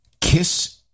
Kiss